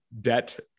debt